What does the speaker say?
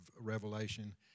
Revelation